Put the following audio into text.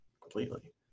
completely